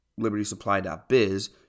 libertysupply.biz